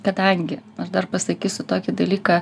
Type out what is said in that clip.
kadangi aš dar pasakysiu tokį dalyką